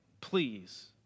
please